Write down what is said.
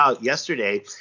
yesterday